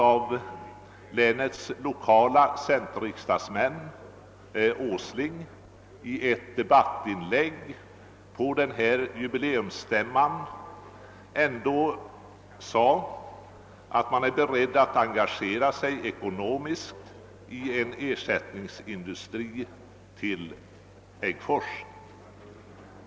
Jag såg att en av länets riksdagsmän, herr Åsling, i ett anförande på jubileumsstämman sade att man i alla fall är beredd att engagera sig ekonomiskt i en ersättningsindustri i Äggfors.